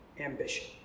ambition